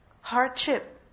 Hardship